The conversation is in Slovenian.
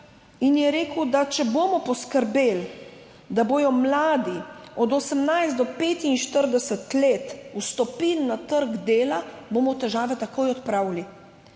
Rekel je, da če bomo poskrbeli, da bodo mladi od 18 do 45 let vstopili na trg dela, bomo težave takoj odpravili